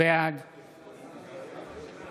בעד אורית